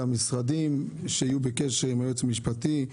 המשרדים שיהיו בקשר עם היועץ המשפטי,